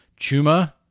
Chuma